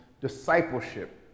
discipleship